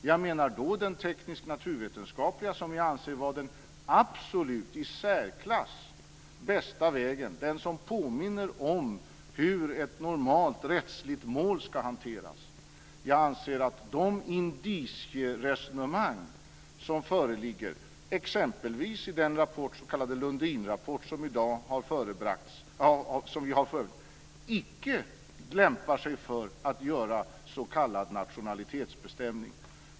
Jag menar då den teknisk-naturvetenskapliga vägen, som jag anser vara den absolut i särklass bästa vägen och som påminner om hur ett normalt rättsligt mål ska hanteras. Jag anser att de indicieresonemang som föreligger, exempelvis i den s.k. Lundinrapport som i dag förebragts, icke lämpar sig för att göra s.k. nationalitetsbestämning.